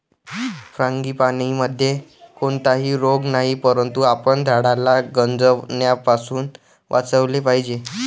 फ्रांगीपानीमध्ये कोणताही रोग नाही, परंतु आपण झाडाला गंजण्यापासून वाचवले पाहिजे